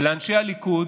ולאנשי הליכוד,